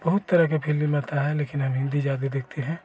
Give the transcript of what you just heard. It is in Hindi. बहुत तरह के फिलिम आता है लेकिन हम हिन्दी ज्यादे देखते हैं